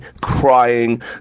crying